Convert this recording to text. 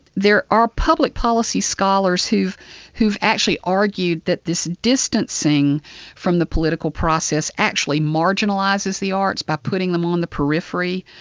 there are public policy scholars who have actually argued that this distancing from the political process actually marginalises the arts by putting them on the periphery